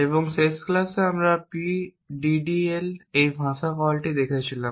এবং শেষ ক্লাসে আমরা PDDL এই ভাষা কলটি দেখেছিলাম